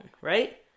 Right